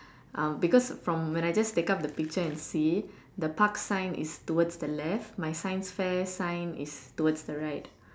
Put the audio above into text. uh because from when I just take out the picture and see the Park sign is towards the left my science fair sign is towards the right